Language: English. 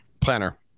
planner